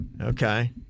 Okay